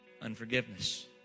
Unforgiveness